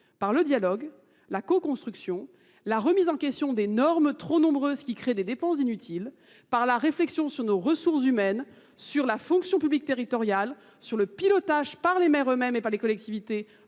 Par le dialogue, la co-construction, la remise en question des normes trop nombreuses qui créent des dépenses inutiles, par la réflexion sur nos ressources humaines, sur la fonction publique territoriale, sur le pilotage par les maires eux-mêmes et par les collectivités